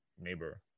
neighbor